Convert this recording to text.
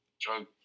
drug